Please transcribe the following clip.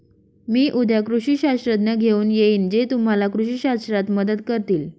मी उद्या कृषी शास्त्रज्ञ घेऊन येईन जे तुम्हाला कृषी शास्त्रात मदत करतील